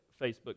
Facebook